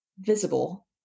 visible